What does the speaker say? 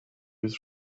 his